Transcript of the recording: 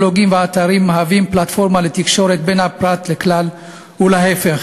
בלוגים ואתרים מהווים פלטפורמה לתקשורת בין הפרט לכלל ולהפך,